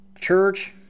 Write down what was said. church